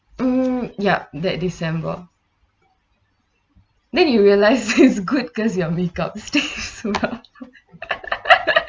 mm yup that december then you realised it's good because your make up stays